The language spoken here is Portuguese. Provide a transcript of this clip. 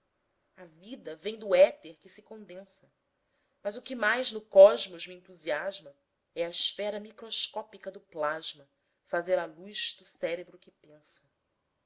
a vida vem do éter que se condensa mas o que mais no cosmos me entusiasma é a esfera microscópica do plasma fazer a luz do cérebro que pensa